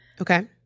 Okay